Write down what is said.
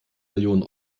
millionen